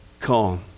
calm